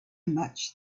much